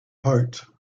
heart